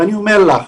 ואני אומר לך,